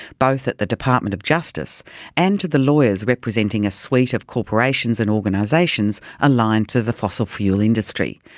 both at the department of justice and to the lawyers representing a suite of corporations and organisations aligned to the fossil fuel industry.